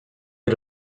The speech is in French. est